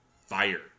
fire